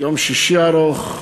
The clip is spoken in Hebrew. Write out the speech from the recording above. יום שישי ארוך,